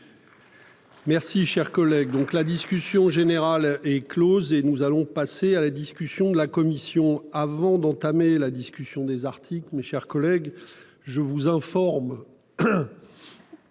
Merci cher collègue. Donc la discussion générale est Close et nous allons passer à la discussion de la Commission avant d'entamer la discussion des articles. Mes chers collègues, je vous informe.